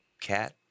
cat